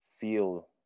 feel